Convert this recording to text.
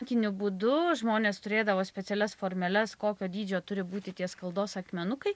ūkiniu būdu žmonės turėdavo specialias formeles kokio dydžio turi būti tie skaldos akmenukai